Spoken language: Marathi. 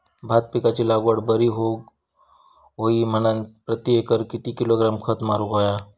भात पिकाची लागवड बरी होऊक होई म्हणान प्रति एकर किती किलोग्रॅम खत मारुक होया?